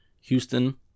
Houston